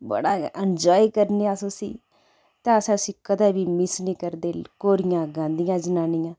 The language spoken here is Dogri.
बड़ा गै इन्जाय करने अस उसी ते अस उसी कदें बी मिस नी करदे घोड़ियां गांदियां जनानियां